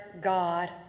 God